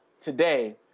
today